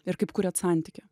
ir kaip kuriat santykį